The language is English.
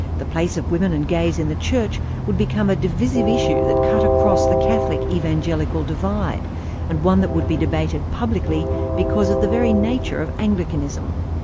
the place of women and gays in the church would become a divisive issue that cut across the catholic-evangelical divide and one that would be debated publicly because of the very nature of anglicanism.